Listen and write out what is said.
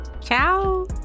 Ciao